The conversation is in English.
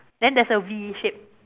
then there's a V shape